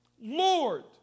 Lord